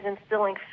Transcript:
instilling